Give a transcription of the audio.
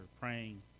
praying